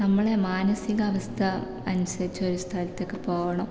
നമ്മളെ മാനസികാവസ്ഥ അനുസരിച്ച് ഒരു സ്ഥലത്തേക്ക് പോവണം